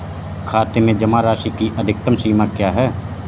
खाते में जमा राशि की अधिकतम सीमा क्या है?